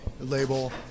label